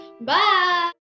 Bye